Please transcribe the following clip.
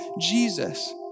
Jesus